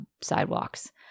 sidewalks